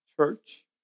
church